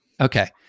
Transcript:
Okay